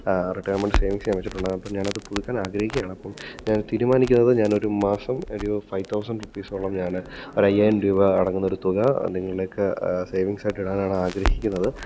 retirement savings ഞാൻ വെച്ചിട്ടുണ്ടായിരുന്നു അപ്പം ഞാനത് പുതുക്കാൻ ആഗ്രഹിക്കുകയാണ് അപ്പം ഞാൻ തീരുമാനിക്കുന്നത് ഞാനൊരു മാസം ഒരു ഫൈവ് തൗസൻഡ് റുപ്പീസോളം ഞാൻ ഒരു അയ്യായിരം രൂപ അടങ്ങുന്ന ഒരു തുക നിങ്ങളിലേക്ക് സേവിംഗ്സ് ആയിട്ട് ഇടാനാണ് ആഗ്രഹിക്കുന്നത്